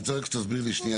אני רוצה רק שתסביר לי שנייה,